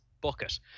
bucket